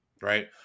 Right